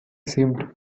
seemed